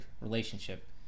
relationship